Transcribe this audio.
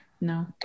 No